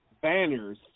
banners